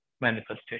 manifestation